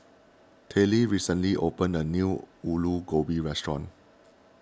Tallie recently opened a new Ulu Gobi restaurant